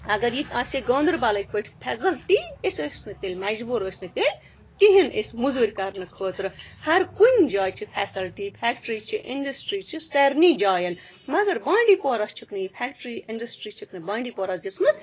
اَگر ییٚتہِ آسہِ ہے گانٛدَربَلٕکۍ پٲٹھۍ فٮ۪سَلٹی أسۍ ٲسۍ نہٕ تیٚلہِ مجبوٗر ٲسۍ نہٕ تیٚلہِ کِہیٖنۍ أسۍ موٚزوٗرۍ کَرنہٕ خٲطرٕ ہر کُنہِ جایہِ چھِ فٮ۪سَلٹی فٮ۪کٹرٛی چھِ اِنٛڈَسٹِرٛی چھِ سارنی جایَن مگر بانٛڈی پورہ چھِکھ نہٕ یہِ فٮ۪کٹرٛی اِنٛڈَسٹِرٛی چھِکھ نہٕ بانٛڈی پورَس دِژمٕژ